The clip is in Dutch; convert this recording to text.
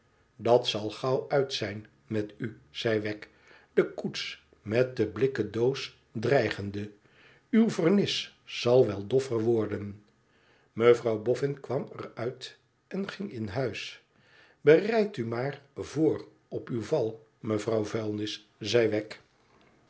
dat zal gauw uit zijn met u zei wegg de koets met de blikken doos dreigende t uw vernis zal wel doffer worden mevrouw boffin kwam er uit en ging in huis bereid u maar voor op uw val mevrouw vuilnis zei